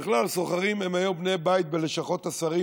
בכלל, הסוחרים הם היום בני בית בלשכות השרים